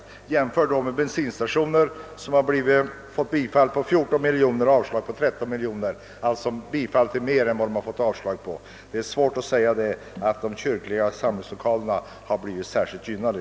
Om man jämför med bensinstationer finner man att det där blivit bifall med 14 miljoner och avslag med 13 miljoner, alltså bifall till större belopp än avslag. Det är svårt att säga att de kyrkliga samlingslokalerna har blivit särskilt gynnade.